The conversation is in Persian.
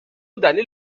دلیل